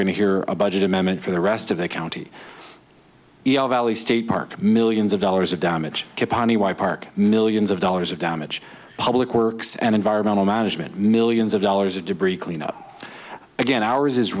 going to hear a budget amendment for the rest of the county valley state park millions of dollars of damage to pani why park millions of dollars of damage public works and environmental management millions of dollars of debris cleanup again ours is